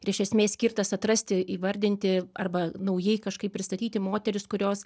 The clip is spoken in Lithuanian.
ir iš esmės skirtas atrasti įvardinti arba naujai kažkaip pristatyti moteris kurios